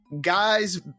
guys